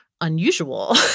unusual